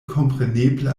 kompreneble